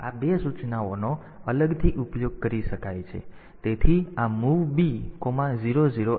આ બે સૂચનાઓનો અલગથી ઉપયોગ કરી શકાય છે તેથી આ MOV B00 h છે